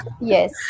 yes